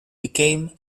became